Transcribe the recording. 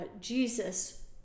Jesus